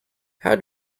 how